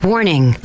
Warning